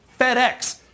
FedEx